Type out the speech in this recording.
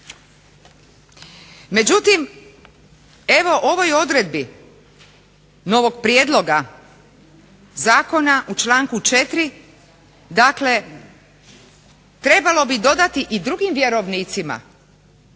Međutim, evo u ovoj odredbi novog prijedloga zakona u članku 4. dakle trebalo bi dodati i drugim vjerovnicima